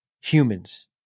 humans